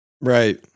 right